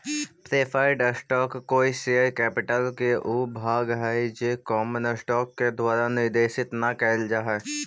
preferred stock कोई share capital के ऊ भाग हइ जे कॉमन स्टॉक के द्वारा निर्देशित न कैल जा हइ